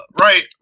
right